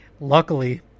Luckily